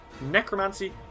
necromancy